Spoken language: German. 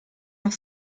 noch